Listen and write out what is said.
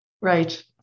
right